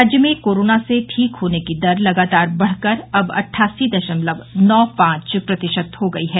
राज्य में कोरोना से ठीक होने की दर लगातार बढ़कर अब अट्ठासी दशमलव नो पांच प्रतिशत हो गयी है